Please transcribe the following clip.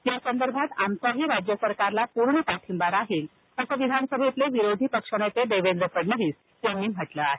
या संदर्भात आमचाही राज्य सरकारला पूर्ण पाठिंबा राहील असं विधानसभेतले विरोधीपक्ष नेते देवेंद्र फडणवीस यांनी म्हटलं आहे